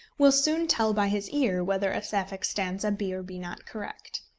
will soon tell by his ear whether a sapphic stanza be or be not correct.